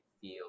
feel